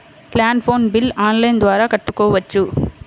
Land phone bill online ద్వారా కట్టుకోవచ్చు?